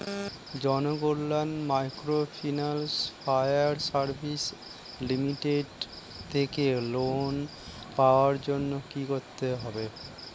Janakalyan microfinance fire service limited থেকে loan পাওয়ার জন্য কি করতে হবে?